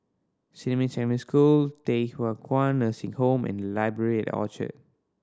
Xinmin Secondary School Thye Hua Kwan Nursing Home and Library at Orchard